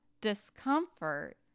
discomfort